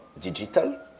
digital